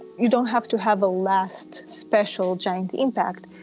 you don't have to have a last special giant impact,